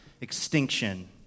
extinction